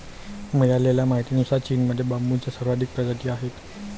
मिळालेल्या माहितीनुसार, चीनमध्ये बांबूच्या सर्वाधिक प्रजाती आहेत